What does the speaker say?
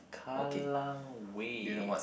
Kallang Wave